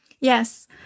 yes